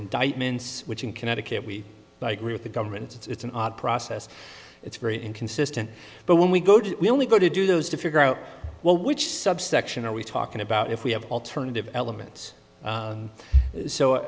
indictments which in connecticut we agree with the government it's an odd process it's very inconsistent but when we go to we only go to do those to figure out well which subsection are we talking about if we have alternative elements